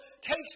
takes